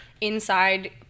Inside